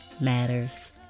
matters